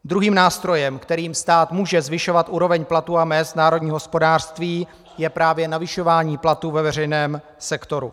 Druhým nástrojem, kterým stát může zvyšovat úroveň platů a mezd v národním hospodářství, je právě navyšování platů ve veřejném sektoru.